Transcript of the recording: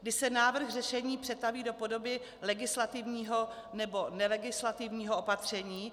Kdy se návrh řešení přetaví do podoby legislativního nebo nelegislativního opatření?